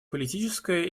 политическое